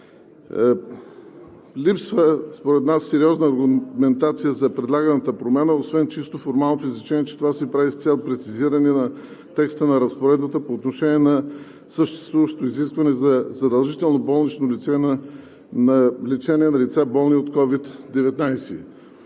липсва сериозна аргументация за предлаганата промяна, освен чисто формалното изречение, че това се прави с цел прецизиране на текста на разпоредбата по отношение на съществуващото изискване за задължително болнично лечение на лица, болни от COVID-19.